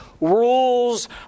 rules